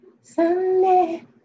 Sunday